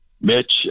Mitch